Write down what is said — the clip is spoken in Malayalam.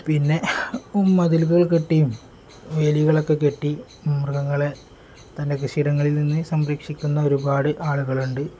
പിന്നെ മതിലുകൾ കെട്ടിയും വേലികളൊക്കെ കെട്ടി മൃഗങ്ങളെ തൻ്റെ കൃഷിയിടങ്ങളിൽനിന്ന് സംരക്ഷിക്കുന്ന ഒരുപാട് ആളുകൾ ഉണ്ട്